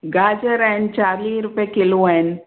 गाजर आहिनि चालीह रुपे किलो आहिनि